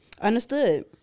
Understood